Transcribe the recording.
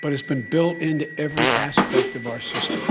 but it's been built into every aspect of our system